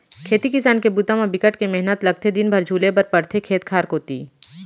खेती किसान के बूता म बिकट के मेहनत लगथे दिन भर झुले बर परथे खेत खार कोती